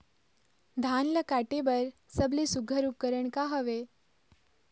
धान ला काटे बर सबले सुघ्घर उपकरण का हवए?